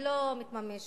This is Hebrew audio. שלא מתממש,